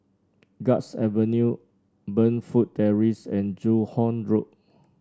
Guards Avenue Burnfoot Terrace and Joo Hong Road